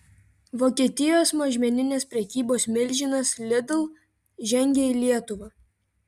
vokietijos mažmeninės prekybos milžinas lidl žengia į lietuvą